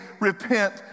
repent